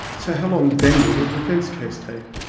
so how long then will the defence case take?